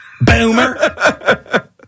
Boomer